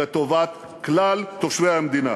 לטובת כלל תושבי המדינה.